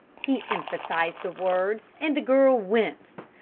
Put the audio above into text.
he emphasised the words, and the girl winced.